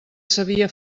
sabia